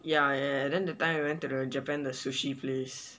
ya ya ya then the time we went to the japan the sushi place